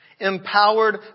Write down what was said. Empowered